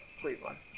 Cleveland